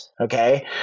Okay